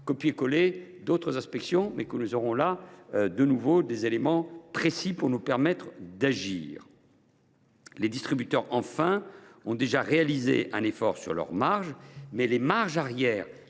copier coller d’autres rapports et qu’elles nous fourniront des éléments précis pour nous permettre d’agir. Les distributeurs, enfin, ont déjà réalisé un effort sur leurs marges, mais les marges arrière